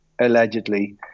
allegedly